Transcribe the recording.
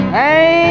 hey